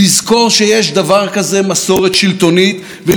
במקום זה אתם מפרקים את הקהילה.